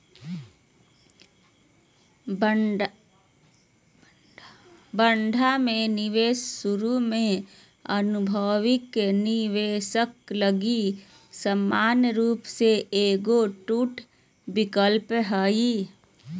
bond में निवेश शुरु में अनुभवी निवेशक लगी समान रूप से एगो टू विकल्प हइ